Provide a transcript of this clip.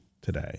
today